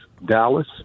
Dallas